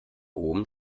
oben